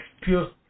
pure